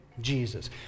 Jesus